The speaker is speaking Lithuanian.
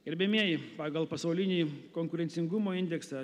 gerbiamieji pagal pasaulinį konkurencingumo indeksą